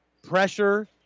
pressure